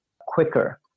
quicker